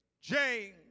James